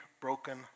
broken